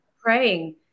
praying